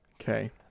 okay